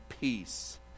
peace